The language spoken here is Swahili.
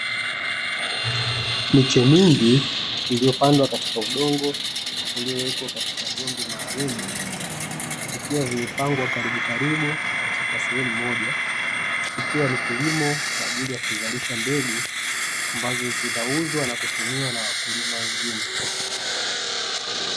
Miche mingi iliyopandwa katika udongo uliowekwa katika vyombo maalumu, ikiwa vimepangwa karibu karibu katika sehemu moja, ikiwa ni kilimo kwaajili ya kuzalisha mbegu ambazo zitauzwa na kutumiwa na wakulima wengine.